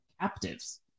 captives